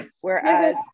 whereas